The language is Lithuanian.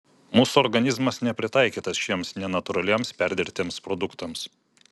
mūsų organizmas nepritaikytas šiems nenatūraliems perdirbtiems produktams